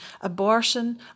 abortion